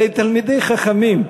הרי תלמידים חכמים.